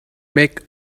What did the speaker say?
make